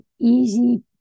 easy